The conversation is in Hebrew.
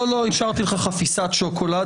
לא, השארתי לך חפיסת שוקולד.